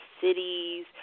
cities